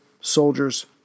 soldiers